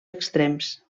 extrems